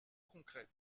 concrètes